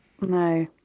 no